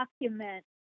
document